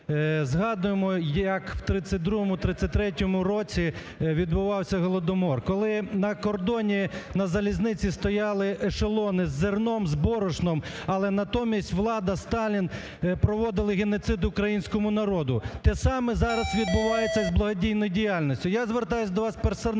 згадуємо як в 1932-1933 році відбувався Голодомор. Коли на кордоні, на залізниці стояли ешелони з зерном, з борошном, але натомість влада, Сталін, проводили геноцид українському народу. Те саме зараз відбувається з благодійною діяльністю. Я звертаюся до вас персонально